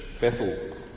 Bethel